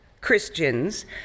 Christians